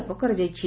rope କରାଯାଇଛି